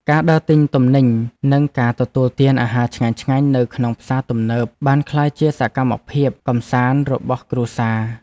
ការដើរទិញទំនិញនិងការទទួលទានអាហារឆ្ងាញ់ៗនៅក្នុងផ្សារទំនើបបានក្លាយជាសកម្មភាពកម្សាន្តរបស់គ្រួសារ។